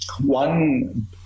one